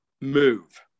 move